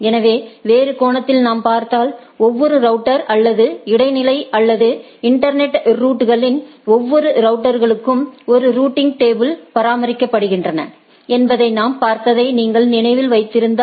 எனவே வேறு கோணத்தில் நாம் பார்த்தால் ஒவ்வொரு ரவுட்டர் அல்லது இடைநிலை அல்லது இன்டர்நெட் ரவுட்டர்களில் ஒவ்வொரு ரவுட்டர்களும் ஒரு ரூட்டிங் டேபிளை பராமரிக்கின்றன என்பதை நாம் பார்த்ததை நீங்கள் நினைவில் வைத்திருந்தால்